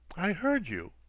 i heard you,